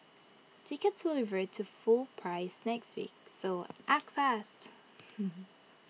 tickets will revert to full price next week so act fast